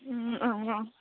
অঁ অঁ